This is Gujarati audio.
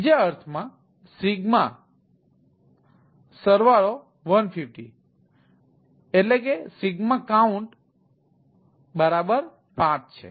બીજા અર્થમાં સિગ્મા સરવાળો 150 અને count5 છે